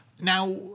Now